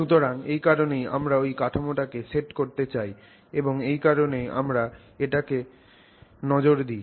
সুতরাং এই কারনেই আমরা ওই কাঠামোটাকে সেট করতে চাই এবং এই কারনেই আমরা এটার দিকে নজর দিই